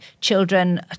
children